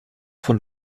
von